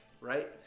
right